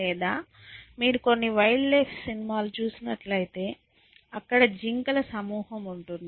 లేదా మీరు కొన్ని వైల్డ్ లైఫ్ సినిమాలు చూసినట్లయితే అక్కడ జింకల సమూహం ఉంటుంది